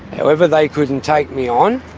however, they couldn't take me on,